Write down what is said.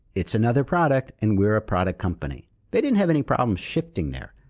it's another product, and we're a product company. they didn't have any problems shifting there.